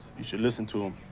you should listen to him.